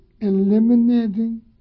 eliminating